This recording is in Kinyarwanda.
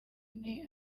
runini